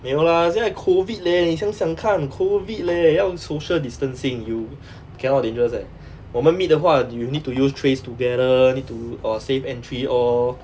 没有 lah 现在 COVID leh 你想想看 COVID leh 要 social distancing you cannot dangerous leh 我们 meet 的话 you need to use trace together need to err safe entry all